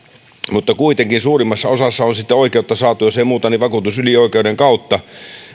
mutta kuitenkin suurimmassa osassa on sitten oikeutta saatu jos ei muuten niin vakuutusylioikeuden kautta